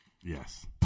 Yes